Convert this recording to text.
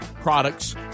products